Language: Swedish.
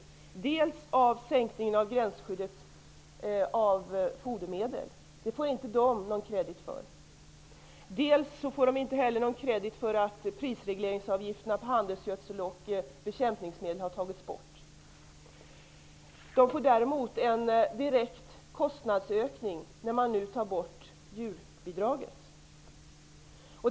De drabbas dels av sänkningen av gränsskyddet för fodermedel -- det får de ingen kredit för--, dels får de inte någon kredit för att prisregleringsavgifterna på handelsgödsel och bekämpningsmedel har tagits bort. De får däremot en direkt kostnadsökning när djurbidraget nu tas bort.